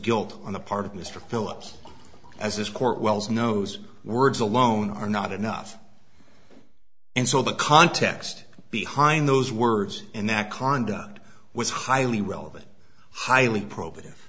guilt on the part of mr philips as this court wells knows words alone are not enough and so the context behind those words in that conduct was highly relevant highly probative